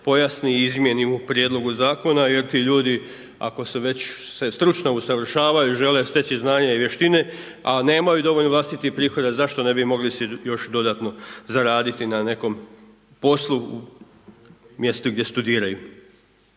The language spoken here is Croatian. pojasni i izmijeni u prijedlogu zakona jer ti ljudi ako se već stručno usavršavaju i žele steći znanja i vještine a nemaju dovoljno vlastitih prihoda zašto ne bi mogli si još dodatno zaraditi na nekom poslu, mjestu gdje studiraju?